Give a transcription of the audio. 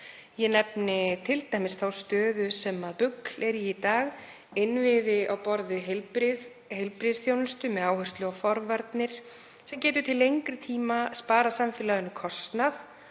Ég nefni t.d. þá stöðu sem BUGL er í í dag, innviði á borð við heilbrigðisþjónustu með áherslu á forvarnir sem geta til lengri tíma sparað samfélaginu kostnað